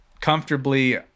comfortably